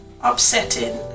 upsetting